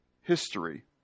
history